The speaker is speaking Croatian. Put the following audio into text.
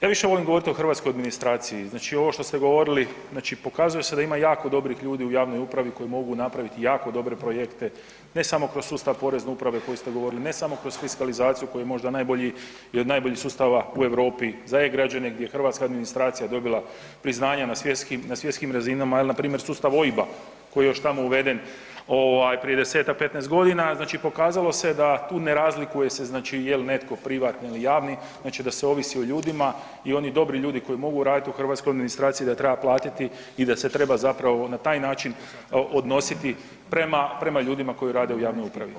Ja više volim govoriti o hrvatskoj administraciji, znači ovo što ste govorili, znači pokazuje se da ima jako dobrih ljudi u javnoj upravi koji mogu napraviti jako dobre projekte, ne samo kroz sustav porezne uprave koji ste govorili, ne samo kroz fiskalizaciju koji je možda najbolji i od najboljih sustava u Europi, za e-Građane gdje je hrvatska administracija dobila priznanje na svjetskim razinama ili npr. sustav OIB-a koji je još tamo uveden prije 10-tak, 15 godina, znači pokazalo se da tu ne razlikuje se znači je li netko privatni ili javni, znači da sve ovisi o ljudima i oni dobri ljudi koji mogu raditi u hrvatskoj administraciji da treba platiti i da se treba zapravo na taj način odnositi prema ljudima koji rade u javnoj upravi.